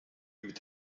mit